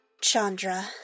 Chandra